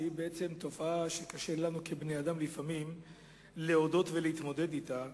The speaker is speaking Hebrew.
שהיא תופעה שלפעמים קשה לנו כבני-אדם להודות בה ולהתמודד אתה,